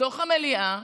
בתוך המליאה,